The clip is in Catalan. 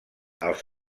als